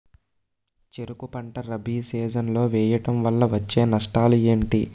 చెరుకు పంట రబీ సీజన్ లో వేయటం వల్ల వచ్చే నష్టాలు ఏంటి?